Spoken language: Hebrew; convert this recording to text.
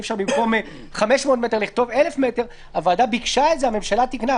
אי-אפשר לכתוב 1,000 מטר במקום 500 מטר הוועדה ביקשה והממשלה תיקנה,